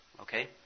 okay